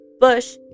Bush